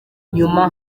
nyuma